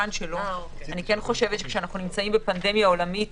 אני כן חושבת שכשאנחנו נמצאים בפנדמיה עולמית